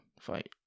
fight